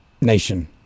nation